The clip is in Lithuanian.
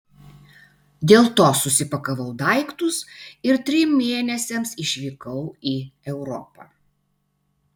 dėl to susipakavau daiktus ir trim mėnesiams išvykau į europą